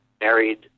married